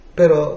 pero